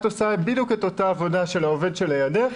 עושה בדיוק את אותה עבודה שעושה העובד שלידה,